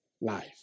life